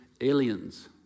aliens